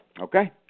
Okay